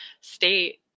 state